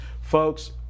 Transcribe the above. Folks